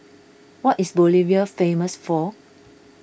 what is Bolivia famous for